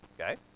Okay